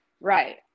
right